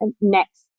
next